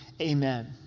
amen